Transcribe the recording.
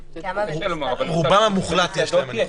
לרובם המוחלט יש, אני חושב.